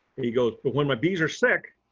he goes, but when my bees are sick,